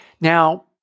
Now